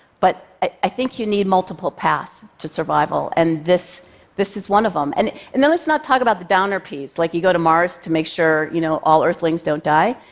but i think you need multiple paths to survival, and this this is one of them. and and let's not talk about the downer piece, like, you go to mars to make sure you know all earthlings don't die.